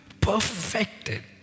perfected